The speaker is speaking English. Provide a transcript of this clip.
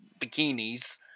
bikinis